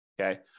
Okay